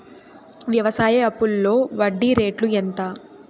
వ్యవసాయ అప్పులో వడ్డీ రేట్లు ఎంత?